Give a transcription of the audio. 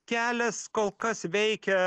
kelias kol kas veikia